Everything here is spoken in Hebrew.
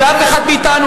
ואף אחד מאתנו,